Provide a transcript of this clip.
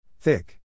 Thick